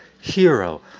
hero